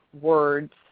words